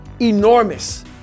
enormous